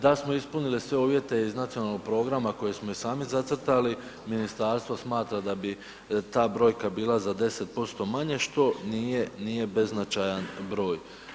Da smo ispunili sve uvjete iz nacionalnog programa koji smo i sami zacrtali, ministarstvo smatra da bi ta brojka bila za 10% manje što nije beznačajan broj.